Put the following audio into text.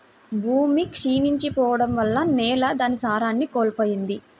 భూమి క్షీణించి పోడం వల్ల నేల దాని సారాన్ని కోల్పోయిద్ది